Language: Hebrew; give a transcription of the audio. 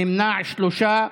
נמנעים שלושה.